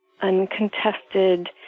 uncontested